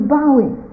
bowing